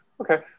Okay